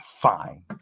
fine